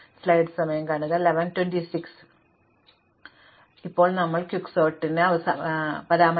അതിനാൽ ഞങ്ങൾ ഇപ്പോൾ ക്വിക്ക്സോർട്ട് വിടുന്നതിനുമുമ്പ് ഞങ്ങളുടെ അവസാന പരാമർശം